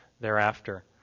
Thereafter